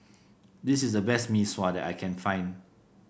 this is the best Mee Sua that I can find